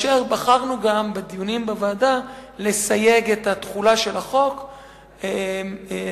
ובדיונים בוועדה בחרנו לסייג את תחולת החוק ולהגביל,